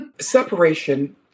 Separation